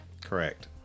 Correct